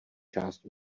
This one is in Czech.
část